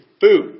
food